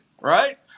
Right